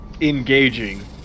engaging